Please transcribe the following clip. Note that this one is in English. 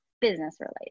business-related